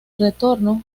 retorno